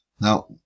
Now